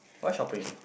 why shopping